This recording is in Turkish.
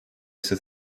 ise